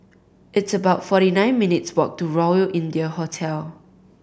it's about forty nine minutes' walk to Royal India Hotel